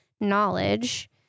knowledge